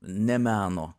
ne meno